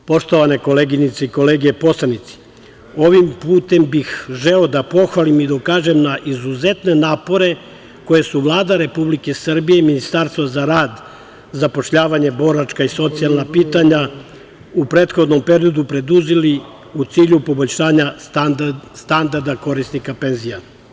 Poštovane koleginice i kolege poslanici, ovim putem bih želeo da pohvalim i da ukažem na izuzetne napore koje su Vlada Republike Srbije i Ministarstvo za rad, zapošljavanje, boračka i socijalna pitanja, u prethodnom periodu preduzeli u cilju poboljšanja standarda korisnika penzija.